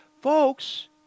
Folks